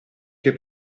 che